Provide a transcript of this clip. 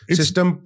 system